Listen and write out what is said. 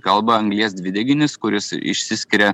kalba anglies dvideginis kuris išsiskiria